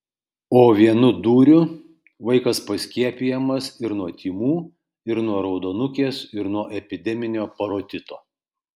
o vienu dūriu vaikas paskiepijamas ir nuo tymų ir nuo raudonukės ir nuo epideminio parotito